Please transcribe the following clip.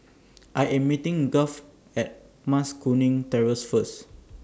I Am meeting Garth At Mas Kuning Terrace First